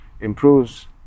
improves